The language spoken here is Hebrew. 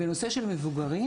הנושא של מבוגרים,